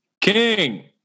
king